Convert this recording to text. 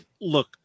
Look